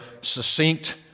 succinct